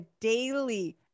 daily